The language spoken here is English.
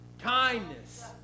Kindness